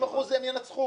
90% הם ינצחו,